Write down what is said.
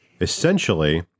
essentially